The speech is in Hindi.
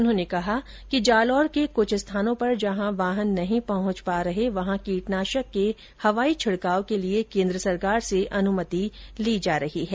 उन्होंने कहा कि जालौर के कुछ स्थानों पर जहां वाहन नहीं पहुंच पा रहे वहां कीटनाषक के हवाई छिड़काव के लिए केन्द्र सरकार से अनुमति ली जा रही है